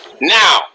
Now